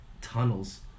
tunnels